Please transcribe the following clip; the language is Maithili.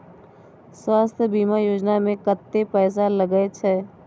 स्वास्थ बीमा योजना में कत्ते पैसा लगय छै?